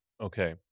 Okay